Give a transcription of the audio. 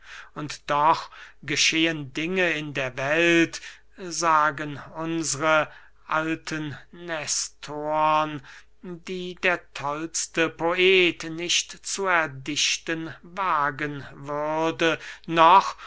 und doch geschehen dinge in der welt sagen unsre alten nestorn die der tollste poet nicht zu erdichten wagen würde noch